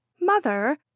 Mother